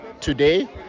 today